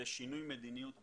זה שינוי מדיניות בצה"ל.